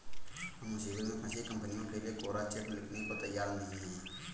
हम मुसीबत में फंसी कंपनियों के लिए कोरा चेक लिखने को तैयार नहीं हैं